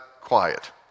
quiet